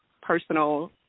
personal